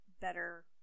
better